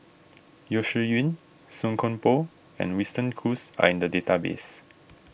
Yeo Shih Yun Song Koon Poh and Winston Choos are in the database